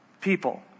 people